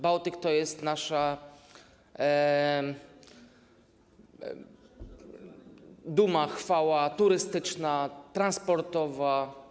Bałtyk to jest nasza duma, chwała turystyczna, transportowa.